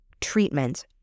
treatments